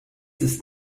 ist